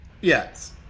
Yes